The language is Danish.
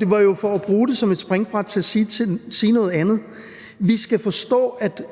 det var jo for at bruge det som et springbræt til at sige noget andet. Vi skal forstå, at